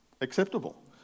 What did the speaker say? acceptable